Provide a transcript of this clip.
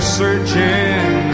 searching